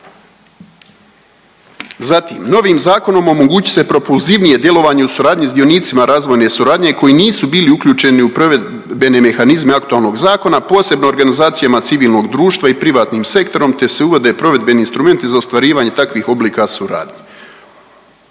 Zatim, novim zakonom omogućit će se propulzivnije djelovanje u suradnji s dionicima razvojne suradnje koji nisu bili uključeni u provedbene mehanizme aktualnog zakona, posebno organizacijama civilnog i privatnim sektorom te se uvode provedbeni instrumenti za ostvarivanje takvih oblika suradnje.